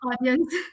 audience